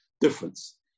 difference